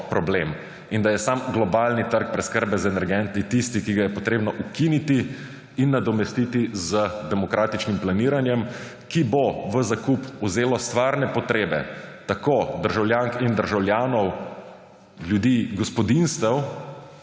In da je sam globalni trg preskrbe z energenti tisti, ki ga je treba ukiniti in nadomestiti z demokratičnim planiranjem, ki bo v zakup vzelo stvarne potrebe tako državljank in državljanov, ljudi, gospodinjstev,